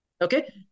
Okay